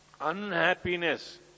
unhappiness